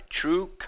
true